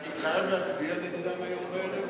אתה מתחייב להצביע נגדם היום בערב?